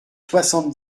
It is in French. soixante